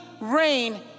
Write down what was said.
rain